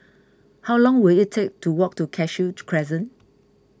how long will it take to walk to Cashew Crescent